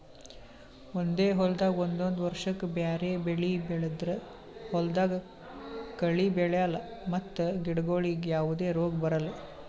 ಒಂದೇ ಹೊಲ್ದಾಗ್ ಒಂದೊಂದ್ ವರ್ಷಕ್ಕ್ ಬ್ಯಾರೆ ಬೆಳಿ ಬೆಳದ್ರ್ ಹೊಲ್ದಾಗ ಕಳಿ ಬೆಳ್ಯಾಲ್ ಮತ್ತ್ ಗಿಡಗೋಳಿಗ್ ಯಾವದೇ ರೋಗ್ ಬರಲ್